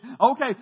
okay